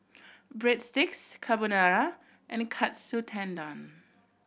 Breadsticks Carbonara and Katsu Tendon